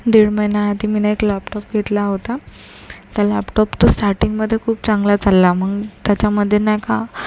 दीड महिन्याआधी मीनं एक लॅपटॉप घेतला होता तो लॅपटॉप तर स्टार्टिंगमध्ये खूप चांगला चालला मग त्याच्यामध्ये नाही का